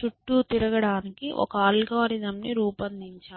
చుట్టూ తిరగడానికి ఒక అల్గోరిథంను రూపొందించాలి